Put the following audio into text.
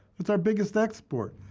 it's our biggest export.